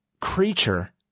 creature